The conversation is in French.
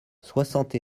soixante